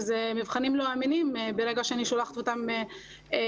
זה מבחנים לא אמינים ברגע שאני שולחת אותם כמטלות.